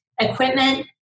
equipment